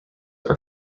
are